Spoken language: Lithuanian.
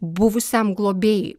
buvusiam globėjui